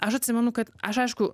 aš atsimenu kad aš aišku